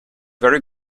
very